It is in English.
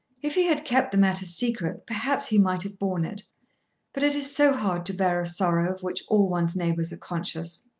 if he had kept the matter secret, perhaps he might have borne it but it is so hard to bear a sorrow of which all one's neighbours are conscious.